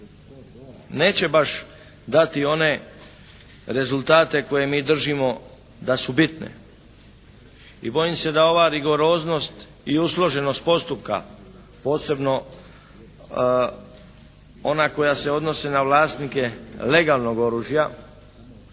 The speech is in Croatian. neće baš dati one rezultate koje mi držimo da su bitne. I bojim se da ova rigoroznost i usloženost postupka posebno ona koje se odnosi na vlasnike legalnog oružja